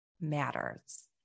matters